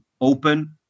open